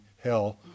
hell